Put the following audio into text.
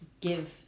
give